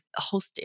hosted